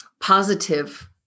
positive